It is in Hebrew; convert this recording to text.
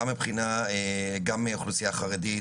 גם אוכלוסייה חרדית,